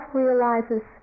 realizes